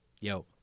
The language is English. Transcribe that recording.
yo